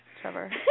Trevor